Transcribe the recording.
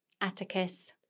Atticus